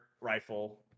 rifle